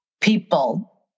people